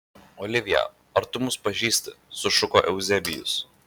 olivija ar tu mus pažįsti sušuko euzebijus